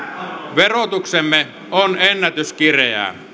verotuksemme on ennätyskireää